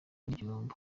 n’igihombo